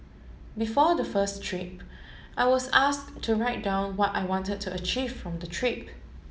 before the first trip I was asked to write down what I wanted to achieve from the trip